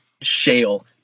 Shale